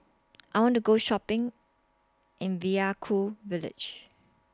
I want to Go Shopping in Vaiaku Village